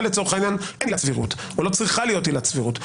לצורך העניין אין עילת סבירות או לא צריכה להיות עילת סבירות,